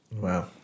Wow